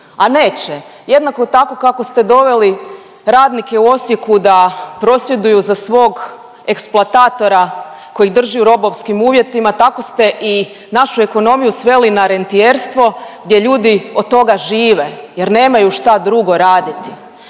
a neće jednako tako kako ste doveli radnike u Osijeku da prosvjeduju za svog eksploatatora koji ih drži u robovskim uvjetima tako ste i našu ekonomiju sveli na rentijerstvo gdje ljudi od toga žive jer nemaju šta drugo raditi.